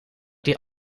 die